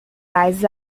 来自